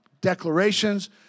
declarations